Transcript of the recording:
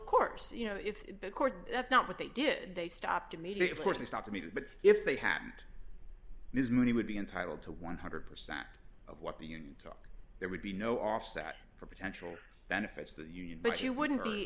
course you know if the court that's not what they did they stopped immediately course not to me but if they hadn't ms money would be entitled to one hundred percent of what the union took there would be no offset for potential benefits that union but you wouldn't